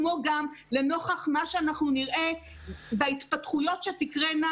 כמו גם נוכח מה שנראה בהתפתחויות שתקרנה,